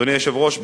אדוני היושב-ראש,